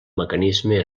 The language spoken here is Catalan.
mecanisme